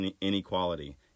inequality